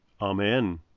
Amen